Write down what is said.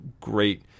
great